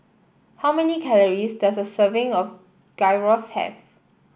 how many calories does a serving of Gyros have